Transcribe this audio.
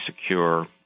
secure